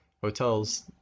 hotels